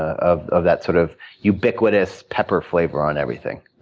ah of of that sort of ubiquitous pepper flavor on everything.